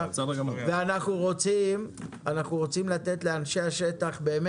לדבר, ואני מבקש לתת לאנשי השטח לדבר.